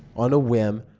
on a whim,